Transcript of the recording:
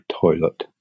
toilet